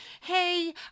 hey